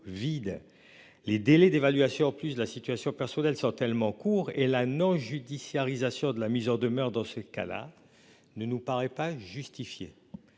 vides. Les délais d'évaluation plus la situation personnelle sur tellement court et la non-judiciarisation de la mise en demeure. Dans ces cas-là. Ne nous paraît pas justifié.